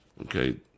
okay